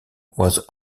was